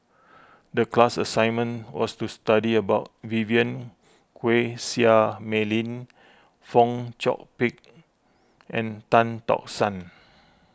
tclass assignment was to study about Vivien Quahe Seah Mei Lin Fong Chong Pik and Tan Tock San